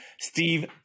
steve